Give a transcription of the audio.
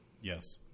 Yes